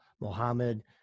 Mohammed